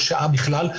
או שעה בכלל,